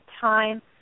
time